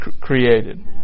created